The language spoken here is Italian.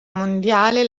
mondiale